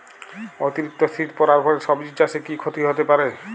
অতিরিক্ত শীত পরার ফলে সবজি চাষে কি ক্ষতি হতে পারে?